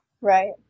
Right